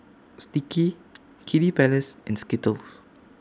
Sticky Kiddy Palace and Skittles